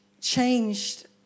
changed